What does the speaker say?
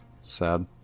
Sad